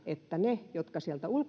jossa niiden kanssa jotka sieltä